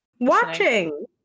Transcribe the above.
Watching